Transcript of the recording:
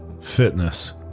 fitness